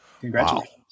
Congratulations